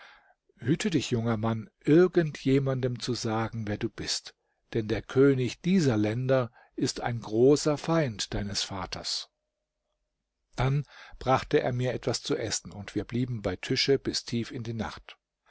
hüte dich junger mann irgend jemandem zu sagen wer du bist denn der könig dieser länder ist ein großer feind deines vaters dann brachte er mir etwas zu essen und wir blieben bei tische bis tief in die nacht